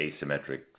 asymmetric